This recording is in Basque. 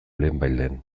lehenbailehen